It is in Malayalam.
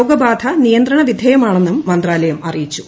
രാജ്യത്ത് നിയന്ത്രണവിധേയമാണെന്നും മന്ത്രാലയം അറിയിച്ചു